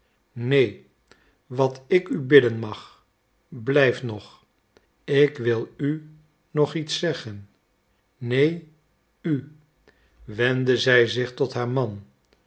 neen wat ik u bidden mag blijf nog ik wil u nog iets zeggen neen u wendde zij zich tot haar man